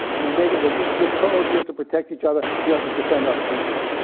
and they make it like, this is a code, we have to protect each other, we have to defend our country.